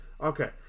Okay